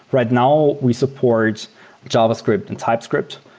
right now, we support javascript and typescript,